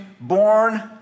born